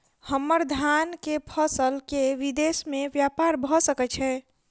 हम्मर धान केँ फसल केँ विदेश मे ब्यपार भऽ सकै छै?